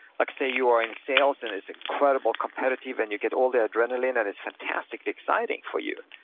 like say you are in sales and it's incredible, competitive, and you get all the adrenaline and it's fantastically exciting for you,